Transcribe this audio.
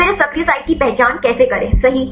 फिर इस सक्रिय साइट की पहचान कैसे करें सही